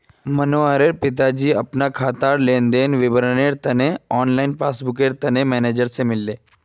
मनोहरेर पिताजी अपना खातार लेन देनेर विवरनेर तने ऑनलाइन पस्स्बूकर तने मेनेजर से मिलले